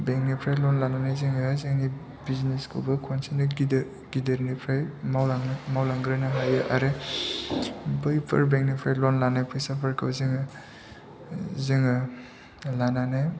बेंकनिफ्राय ल'न लानानै जोङो जोंनि बिजनेसखौबो खनसेनो गिदिरनिफ्राय मावलांग्रोनो हायो आरो बैफोर बेंकनिफ्राय ल'न लानाय फैसाफोरखौ जोङो लानानै